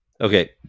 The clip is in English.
Okay